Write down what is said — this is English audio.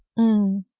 mm